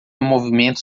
movimento